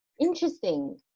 interesting